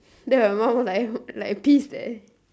then my mom was like like pissed eh